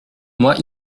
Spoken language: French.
moi